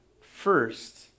first